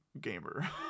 gamer